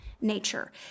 nature